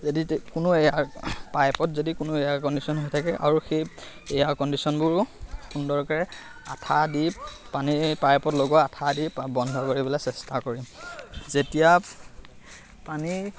যদি কোনো এয়াৰ পাইপত যদি কোনো এয়াৰ কণ্ডিশ্যন হৈ থাকে আৰু সেই এয়াৰ কণ্ডিশ্যনবোৰো সুন্দৰকৈ আঠা দি পানীৰ পাইপত লগৰ আঠা দি বন্ধ কৰিবলৈ চেষ্টা কৰিম যেতিয়া পানী